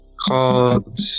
called